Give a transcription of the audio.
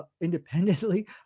independently